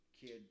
Kid